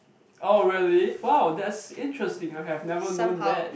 oh really wow that's interesting I have never known that